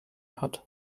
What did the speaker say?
hat